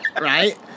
right